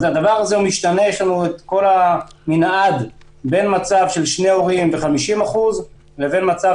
בעצם יש לנו את כל המנעד בין מצב של שני הורים ו-50% לבין מצב